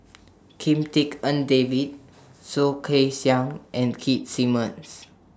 Kim Tik En David Soh Kay Siang and Keith Simmons